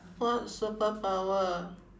what superpower